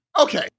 Okay